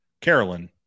Carolyn